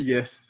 Yes